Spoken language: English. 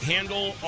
Handle